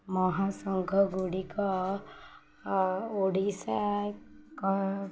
ମହାସଂଘଗୁଡ଼ିକ Odisha